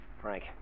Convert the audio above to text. Frank